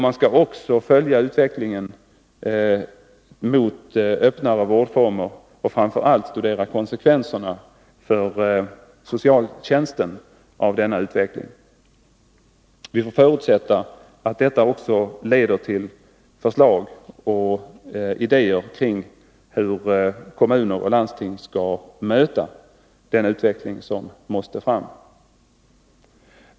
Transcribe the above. Man skall också följa utvecklingen mot öppnare vårdformer och framför allt studera konsekvenserna av denna utveckling för socialtjänsten. Vi får förutsätta att detta också leder till förslag och idéer kring hur kommuner och landsting skall möta den utveckling som måste fram.